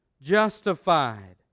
justified